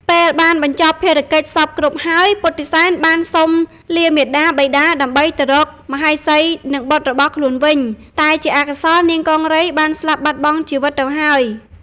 ពេលបានបញ្ចប់ភារកិច្ចសព្វគ្រប់ហើយ ពុទ្ធិសែនបានសុំលាមាតាបិតាដើម្បីទៅរកមហេសី និងបុត្ររបស់ខ្លួនវិញ តែជាអកុសលនាងកង្រីបានស្លាប់បាត់បង់ជីវិតទៅហើយ។